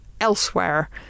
elsewhere